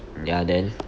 ya then